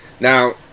Now